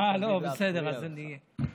אה, לא, בסדר, אז אני מסיים.